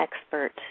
expert